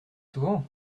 souvent